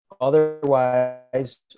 otherwise